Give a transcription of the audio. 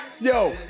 Yo